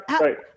right